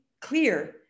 clear